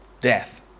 death